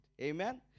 Amen